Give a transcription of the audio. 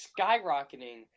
skyrocketing